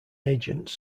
agents